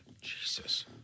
Jesus